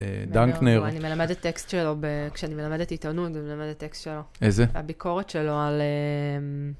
דנקנר. אני מלמדת טקסט שלו, כשאני מלמדת עיתונות אני מלמדת טקסט שלו. איזה? הביקורת שלו על...